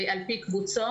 על פי קבוצות,